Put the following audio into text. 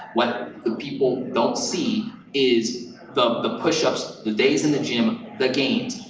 what the people don't see is the the push-ups, the days in the gym, the games,